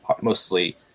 mostly